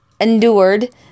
endured